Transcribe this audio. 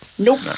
Nope